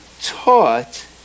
taught